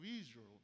Israel